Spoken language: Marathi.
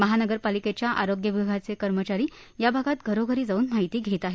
महानगरपालिकेच्या आरोग्य विभागाचे कर्मचारी या भागात घरोघरी जाऊन माहिती घेत आहेत